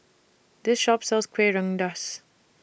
This Shop sells Kueh Rengas